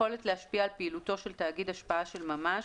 היכולת להשפיע על פעילותו של תאגיד השפעה של ממש,